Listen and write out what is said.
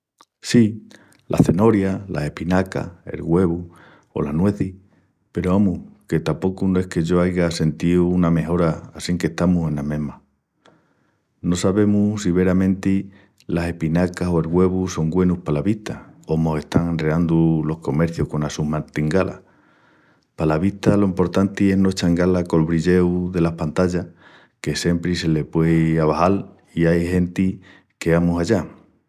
Sí, las cenorias, las espinacas, el güevu o las nuezis, peru, amus, que tapocu no es que yo aiga sentíu una mejora assinque estamus enas mesmas. No sabemus si veramenti las espinacas o el güevu son güenus pala vista o mos están enreandu los comercius conas sus martingalas. Pala vista lo emportanti es no eschangá-la col brilleu delas pantallas, que siempri se le puei abaxal i ai genti que amus...